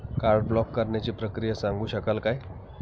Card block करण्याची प्रक्रिया सांगू शकाल काय?